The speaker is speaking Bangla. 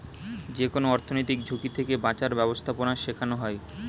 যেকোনো অর্থনৈতিক ঝুঁকি থেকে বাঁচার ব্যাবস্থাপনা শেখানো হয়